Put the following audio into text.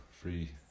free